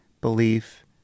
belief